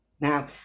Now